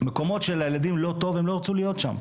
מקומות שלילדים לא טוב הם לא ירצו להיות שם.